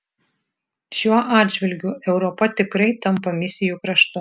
šiuo atžvilgiu europa tikrai tampa misijų kraštu